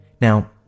Now